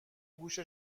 گوش